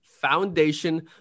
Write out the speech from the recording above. foundation